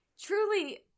Truly